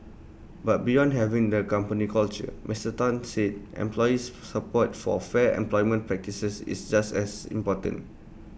but beyond having the company culture Mister Tan said employees support for fair employment practices is just as important